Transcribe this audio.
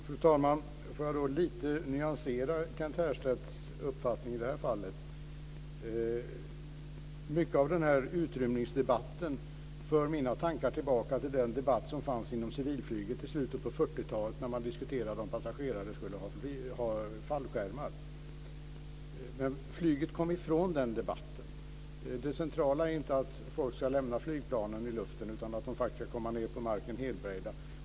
Fru talman! Jag vill då lite nyansera Kent Härstedts uppfattning i det här fallet. Mycket av utrymningsdebatten för mina tankar tillbaka till den debatt som fördes inom civilflyget i slutet av 40-talet när man diskuterade om ifall passagerare skulle ha fallskärmar. Men flyget kom ifrån den debatten. Det centrala är inte att folk ska lämna flygplanet när det befinner sig i luften, utan det är att de ska kunna komma ned på marken helbrägda.